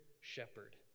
shepherd